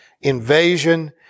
invasion